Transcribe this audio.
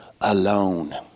alone